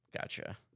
Gotcha